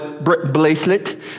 bracelet